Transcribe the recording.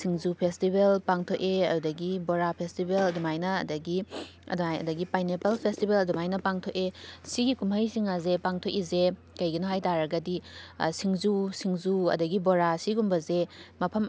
ꯁꯤꯡꯖꯨ festival ꯄꯥꯡꯊꯣꯛꯏ ꯑꯗꯨꯗꯒꯤ Bora festival ꯑꯗꯨꯃꯥꯏꯅ ꯑꯗꯨꯗꯒꯤ ꯑꯗꯨꯃꯥꯏ ꯑꯗꯨꯗꯒꯤ ꯄꯥꯏꯅꯦꯄꯜ ꯐꯦꯁꯇꯤꯕꯦꯜ ꯑꯗꯨꯃꯥꯏꯅ ꯄꯥꯡꯊꯣꯛꯑꯦ ꯁꯤꯒꯤ ꯀꯨꯝꯍꯩꯁꯤꯡ ꯑꯁꯦ ꯄꯥꯡꯊꯣꯛꯏꯁꯦ ꯀꯩꯒꯤꯅꯣ ꯍꯥꯏꯇꯥꯔꯒꯗꯤ ꯁꯤꯡꯖꯨ ꯁꯤꯡꯖꯨ ꯑꯗꯨꯗꯒꯤ ꯕꯣꯔꯥ ꯑꯁꯤꯒꯨꯝꯕꯁꯦ ꯃꯐꯝ